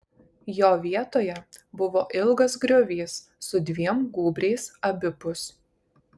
jo vietoje buvo ilgas griovys su dviem gūbriais abipus